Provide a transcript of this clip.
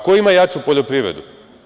Ko ima jaču poljoprivredu?